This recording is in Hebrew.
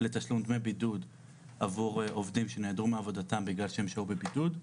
לתשלום דמי בידוד עבור עובדים שנעדרו מעבודתם בגלל שהם שהו בבידוד.